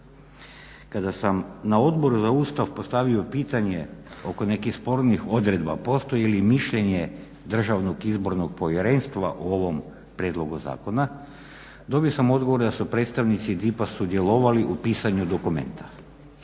Kada sam na Odboru za Ustav postavio pitanje oko nekih spornih odredaba postoji li mišljenje DIP-a o ovom prijedlogu zakona dobio sam odgovor da su predstavnici DIP-a sudjelovali u pisanju dokumenta.